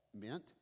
meant